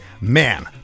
man